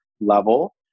level